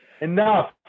enough